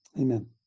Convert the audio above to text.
Amen